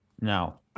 now